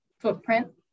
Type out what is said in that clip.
footprint